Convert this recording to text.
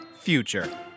Future